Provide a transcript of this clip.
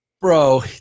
Bro